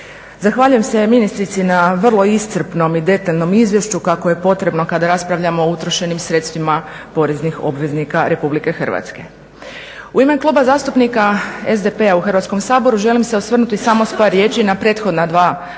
Zahvaljujem se ministrici na vrlo iscrpnom i detaljnom izvješću kako je potrebno kad raspravljamo o utrošenim sredstvima poreznih obveznika Republike Hrvatske. U ime Kluba zastupnika SDP-a u Hrvatskom saboru želim se osvrnuti samo sa par riječi na prethodna dva,